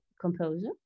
composer